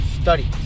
study